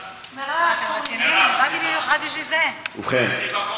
16:10.) ובכן,